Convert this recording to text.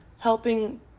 helping